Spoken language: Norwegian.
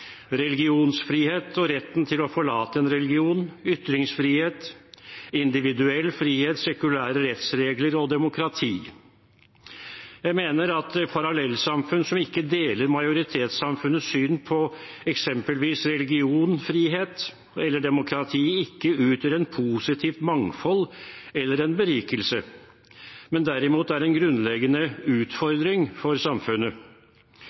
religionsfrihet og retten til å forlate en religion, ytringsfrihet, individuell frihet, sekulære rettsregler og demokrati. Jeg mener at parallellsamfunn som ikke deler majoritetssamfunnets syn på eksempelvis religionsfrihet eller demokrati, ikke utgjør et positivt mangfold eller en berikelse, men derimot er en grunnleggende utfordring for samfunnet.